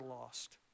lost